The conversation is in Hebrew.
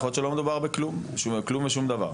יכול להיות שלא מדובר בכלום ושום דבר,